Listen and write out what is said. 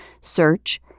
Search